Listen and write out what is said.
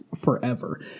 forever